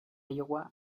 iowa